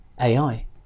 AI